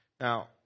Now